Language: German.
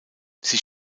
sie